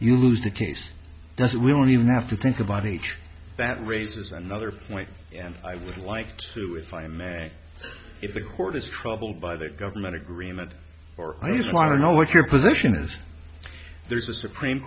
you lose the case and we don't even have to think about each that raises another point and i would like to if i may if the court is troubled by the government agreement or i just want to know what your position is there's a supreme